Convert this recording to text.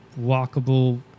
walkable